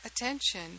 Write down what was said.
attention